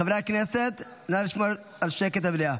חברי הכנסת, נא לשמור על שקט במליאה.